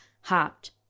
hopped